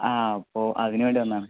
ആ അപ്പോൾ അതിന് വേണ്ടി വന്നതാണ്